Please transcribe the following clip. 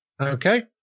okay